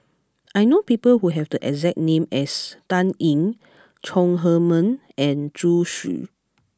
I know people who have the exact name as Dan Ying Chong Heman and Zhu Xu